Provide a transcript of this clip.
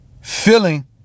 feeling